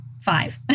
five